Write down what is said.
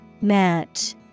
Match